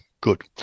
good